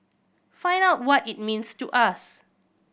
find out what it means to us